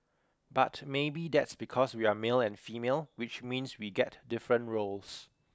but maybe that's because we're male and female which means we get different roles